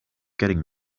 getting